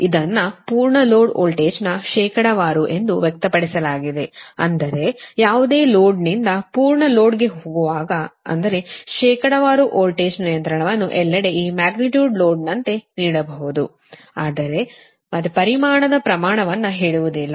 ಇದನ್ನು ಪೂರ್ಣ ಲೋಡ್ ವೋಲ್ಟೇಜ್ನ ಶೇಕಡಾವಾರು ಎಂದು ವ್ಯಕ್ತಪಡಿಸಲಾಗಿದೆ ಅಂದರೆ ಯಾವುದೇ ಲೋಡ್ನಿಂದ ಪೂರ್ಣ ಲೋಡ್ಗೆ ಹೋಗುವಾಗ ಅಂದರೆ ಶೇಕಡಾವಾರು ವೋಲ್ಟೇಜ್ ನಿಯಂತ್ರಣವನ್ನು ಎಲ್ಲೆಡೆ ಈ ಮ್ಯಾಗ್ನಿಟ್ಯೂಡ್ ಲೋಡ್ನಂತೆ ನೀಡಬಹುದು ಆದರೆ ಮತ್ತೆ ಪರಿಮಾಣದ ಪ್ರಮಾಣವನ್ನು ಹೇಳುವುದಿಲ್ಲ